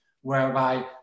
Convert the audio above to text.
whereby